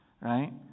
right